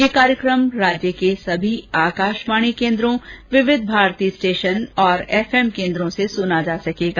यह कार्यकम राज्य के सभी आकाशवाणी केन्द्रों विविध भारती स्टेशन और एफएम केन्द्रों से सुना जा सकेगा